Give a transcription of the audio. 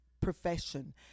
profession